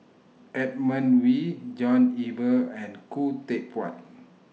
Edmund Wee John Eber and Khoo Teck Puat